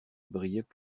brillaient